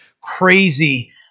crazy